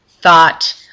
thought